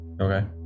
Okay